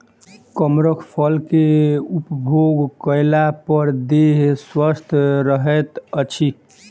कमरख फल के उपभोग कएला पर देह स्वस्थ रहैत अछि